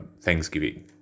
Thanksgiving